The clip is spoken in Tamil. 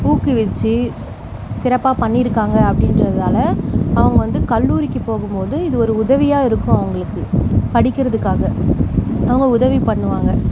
ஊக்குவித்து சிறப்பாக பண்ணியிருக்காங்க அப்படின்றதால அவங்க வந்து கல்லூரிக்கு போகும்போது இது ஒரு உதவியாக இருக்கும் அவங்களுக்கு படிக்கிறதுக்காக அவங்க உதவி பண்ணுவாங்க